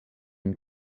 been